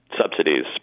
subsidies